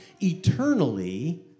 eternally